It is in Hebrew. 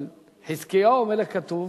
אבל על חזקיהו המלך כתוב